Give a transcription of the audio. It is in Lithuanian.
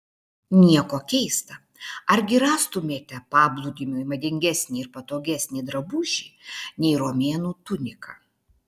nieko keista argi rastumėte paplūdimiui madingesnį ir patogesnį drabužį nei romėnų tunika